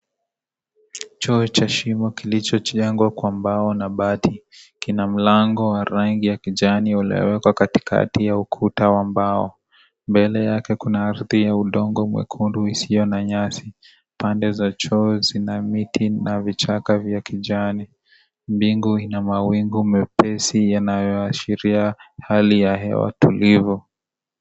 Choo cha shimo kilichojengwa kwa mbao na bahati. Kina mlango wa rangi ya kijani uliowekwa katikati ya ukuta mbao. Mbele yake kuna ardhini udongo mwekundu isiyo na nyasi. Pande za choo zina miti na vichaka vya kijani. Mbingu ina mawingu mepesi yanayoashiria hali ya hewa tulivu.